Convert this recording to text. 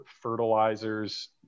fertilizers